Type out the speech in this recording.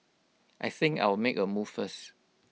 I think I'll make A move first